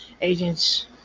Agents